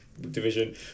division